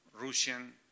Russian